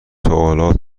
سوالات